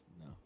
No